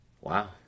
Wow